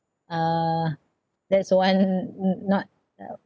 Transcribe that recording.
uh that's one n~ not uh